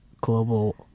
global